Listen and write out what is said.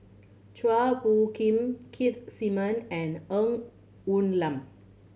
Chua Phung Kim Keith Simmon and Ng Woon Lam